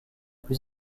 plus